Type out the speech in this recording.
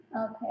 Okay